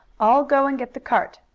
i'll go and get the cart,